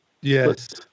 Yes